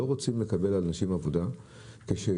לא רוצים לקבל אנשים לעבודה כשיודעים